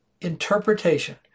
interpretation